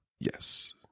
Yes